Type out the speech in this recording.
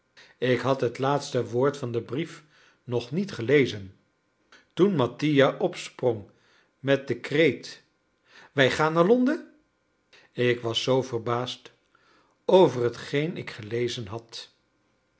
ik had het laatste woord van den brief nog niet gelezen toen mattia opsprong met den kreet wij gaan naar londen ik was zoo verbaasd over hetgeen ik gelezen had